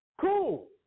Cool